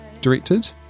directed